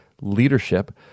leadership